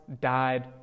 died